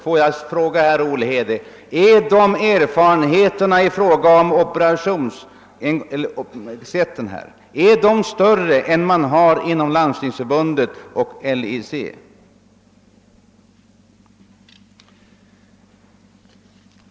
Får jag fråga herr Olhede: är dess erfarenheter i fråga om operationsset större än erfarenheterna inom Landstingsförbundet och LIC?